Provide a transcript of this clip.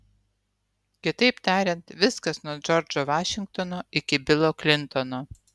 kitaip tariant viskas nuo džordžo vašingtono iki bilo klintono